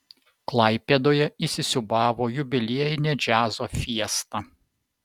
klaipėdoje įsisiūbavo jubiliejinė džiazo fiesta